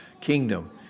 kingdom